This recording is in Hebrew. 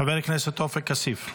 חבר הכנסת עופר כסיף.